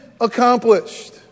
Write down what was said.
Accomplished